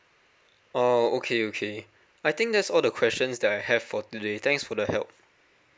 oh okay okay I think that's all the questions that I have for today thanks for the help